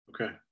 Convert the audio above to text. okay